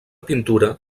pintura